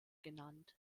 genannt